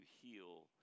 heal